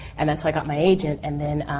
and that's how i got my agent. and then,